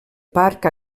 parc